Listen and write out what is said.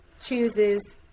chooses